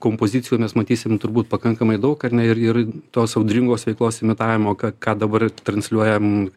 kompozicijų mes matysim turbūt pakankamai daug ar ne ir ir tos audringos veiklos imitavimo ką ką dabar ir transliuojam